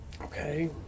Okay